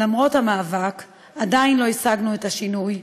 למרות המאבק עדיין לא השגנו את השינוי,